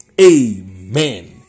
Amen